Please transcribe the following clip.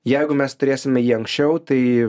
jeigu mes turėsime jį anksčiau tai